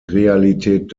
realität